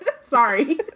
Sorry